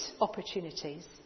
opportunities